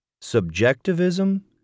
subjectivism